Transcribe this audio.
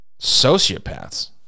sociopaths